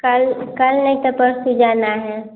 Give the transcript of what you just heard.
कल कल नहीं तो परसों जाना है